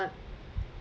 but